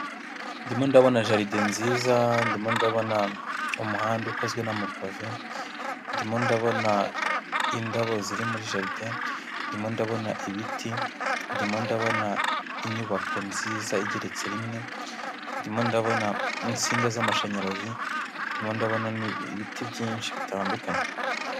Ndimo ndabona jalide nziza, ndimo ndabona umuhanda ukozwe n'amapave, ndimo ndabona indabo ziri muri jaride, ndimo ndabona ibiti, ndimo ndabona inyubako nziza igeretse rimwe, ndimo ndabona n'insinga z'amashanyarazi, ndimo ndabona ibiti byinshi bitandukanye.